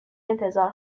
انتظار